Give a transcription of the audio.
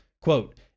Quote